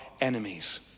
enemies